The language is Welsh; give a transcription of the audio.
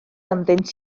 ynddynt